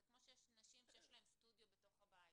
כמו שיש נשים שיש להן סטודיו בתוך הבית,